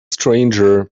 stranger